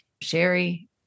Sherry